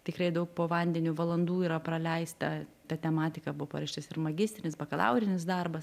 tikrai daug po vandeniu valandų yra praleista ta tematika buvo parašytas ir magistrinis bakalaurinis darbas